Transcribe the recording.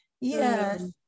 yes